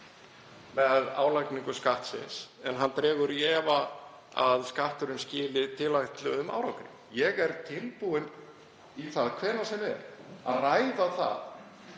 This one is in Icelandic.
með álagningu skattsins en dregur í efa að skatturinn skili tilætluðum árangri. Ég er tilbúinn í það hvenær sem er að ræða með